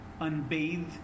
unbathed